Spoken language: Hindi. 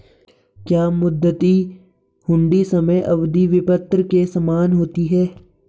क्या मुद्दती हुंडी समय अवधि विपत्र के समान होती है?